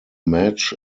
match